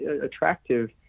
attractive